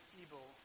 evil